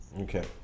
Okay